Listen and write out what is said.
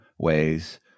ways